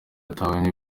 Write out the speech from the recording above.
yatwaye